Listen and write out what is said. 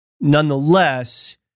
Nonetheless